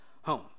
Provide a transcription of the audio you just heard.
home